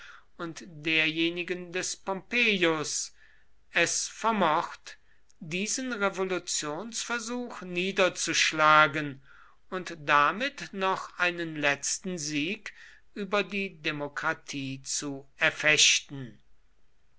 und derjenigen des pompeius es vermocht diesen revolutionsversuch niederzuschlagen und damit noch einen letzten sieg über die demokratie zu erfechten